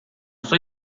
soy